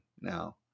Now